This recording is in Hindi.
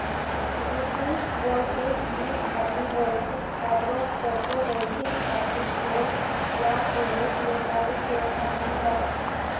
कृषि वोल्टेइक में एग्रीवोल्टिक एग्रो फोटोवोल्टिक एग्रीसोल या दोहरे उपयोग वाले सौर शामिल है